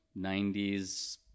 90s